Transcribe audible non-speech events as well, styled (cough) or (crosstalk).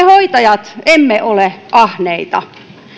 (unintelligible) hoitajat emme ole ahneita